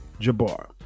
Jabbar